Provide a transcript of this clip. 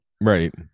right